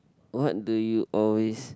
what do you always